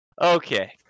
Okay